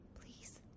Please